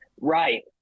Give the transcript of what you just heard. Right